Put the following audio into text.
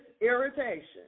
irritation